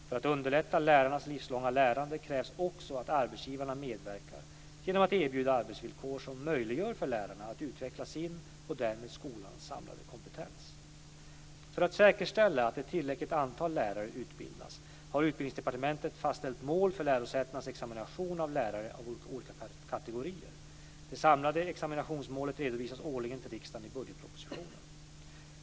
För att underlätta lärarnas livslånga lärande krävs också att arbetsgivaren medverkar genom att erbjuda arbetsvillkor som möjliggör för lärarna att utveckla sin och därmed skolans samlade kompetens. För att säkerställa att ett tillräckligt antal lärare utbildas har Utbildningsdepartementet fastställt mål för lärosätenas examination av lärare av olika kategorier. Det samlade examinationsmålet redovisas årligen till riksdagen i budgetpropositionen.